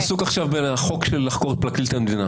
הוא עסוק עכשיו בחוק חקירת פרקליט המדינה,